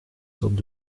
sortes